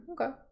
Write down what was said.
okay